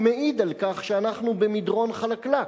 אבל זה רק מעיד על כך שאנחנו במדרון חלקלק,